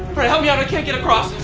alright help me out, i can't get across.